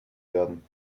werden